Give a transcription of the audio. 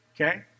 Okay